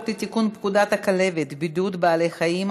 לתיקון פקודת הכלבת (בידוד בעלי חיים),